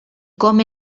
com